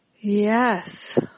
Yes